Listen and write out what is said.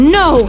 no